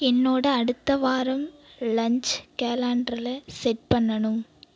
என்னோட அடுத்த வாரம் லன்ச்சை கேலண்டரில் செட் பண்ணணும்